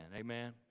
Amen